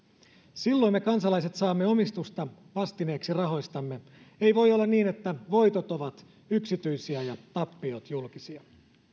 silloin me kansalaiset saamme omistusta vastineeksi rahoistamme ei voi olla niin että voitot ovat yksityisiä ja tappiot julkisia